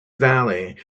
valley